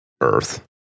Earth